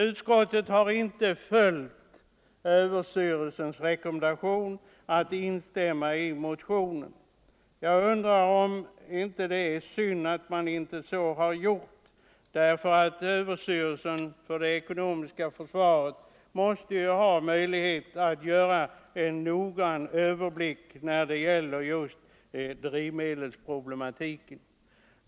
Utskottet har inte följt överstyrelsens rekommendation att instämma i motionen. Jag tycker att det är beklagligt att utskottet inte har gjort det. Överstyrelsen för ekonomiskt försvar måste ju ha möjlighet till en noggrann överblick över just drivmedelsproblematiken.